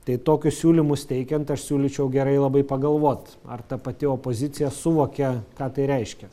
tai tokius siūlymus teikiant aš siūlyčiau gerai labai pagalvot ar ta pati opozicija suvokė ką tai reiškia